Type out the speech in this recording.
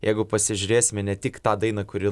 jeigu pasižiūrėsime ne tik tą dainą kuri